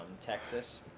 texas